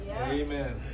Amen